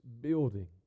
building